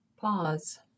Pause